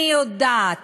אני יודעת